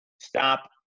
stop